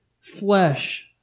flesh